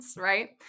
right